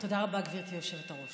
תודה רבה, גברתי היושבת-ראש.